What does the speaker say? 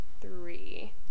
three